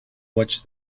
watch